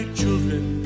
children